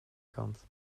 kant